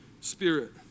spirit